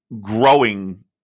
growing